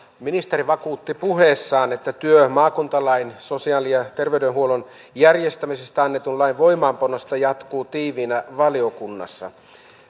ministeri vakuutti puheessaan että työ maakuntalain ja sosiaali ja terveydenhuollon järjestämisestä annetun lain voimaanpanosta jatkuu tiiviinä valiokunnassa